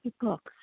books